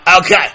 Okay